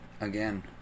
Again